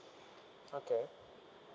okay